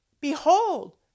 Behold